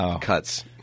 cuts